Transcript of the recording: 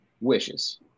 wishes